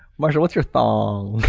marshall, what's your thong?